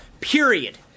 period